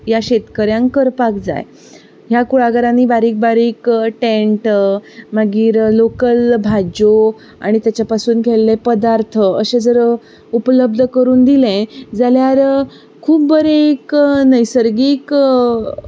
ह्या शेतकऱ्यांक करपाक जाय ह्या कुळागरांनी बारीक बारीक टॅंट मागीर लॉकल भाज्यो आनी तेचे पासून केल्ले पदार्थ अशे जर उपलबध्द करून दिले जाल्यार खूब बरें एक नैसर्गीक